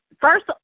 First